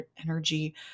energy